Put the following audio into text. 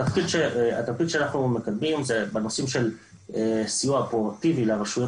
התפקיד שאנחנו מקדמים זה בנושאים של סיוע פרורגטיבי לרשויות